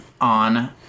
on